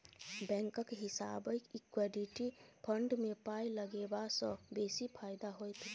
बैंकक हिसाबैं equity fund मे पाय लगेबासँ बेसी फायदा होइत